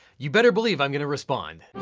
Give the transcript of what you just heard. you better believe i'm gonna respond.